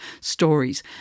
stories